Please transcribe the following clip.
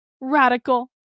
radical